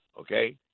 okay